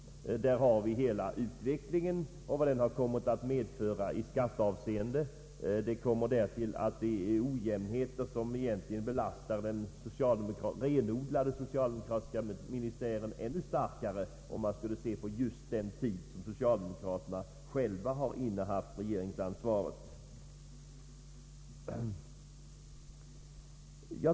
Där har vi hela utvecklingen och vad den kommit att medföra i skatteavseende. Därtill kommer ojämnheter som egentligen belastar den renodlade socialdemokratiska ministären ännu starkare, om man betraktar den tid socialdemokraterna själva innehaft regeringsansvaret.